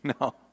No